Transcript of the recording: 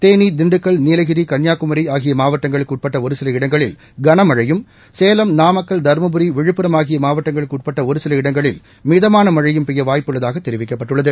தேனி திண்டுக்கல் நீலகிரி கன்னியாகுமரி ஆகிய மாவட்டங்களுக்கு உட்பட்ட ஒரு சில இடங்களில் கனமழையும் சேலம் நாமக்கல் தருமபுரி விழுப்புரம் ஆகிய மாவட்டங்களுக்கு உட்பட்ட ஒரு சில இடங்களில் மிதமான மழையும் பெய்ய வாய்ப்பு உள்ளதாக தெரிவிக்கப்பட்டுள்ளது